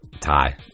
Tie